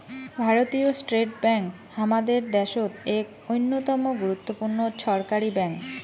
ভারতীয় state bank হামাদের দ্যাশোত এক অইন্যতম গুরুত্বপূর্ণ ছরকারি ব্যাঙ্ক